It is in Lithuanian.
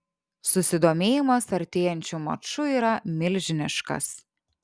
susidomėjimas artėjančiu maču yra milžiniškas